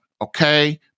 Okay